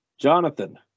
Jonathan